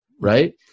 right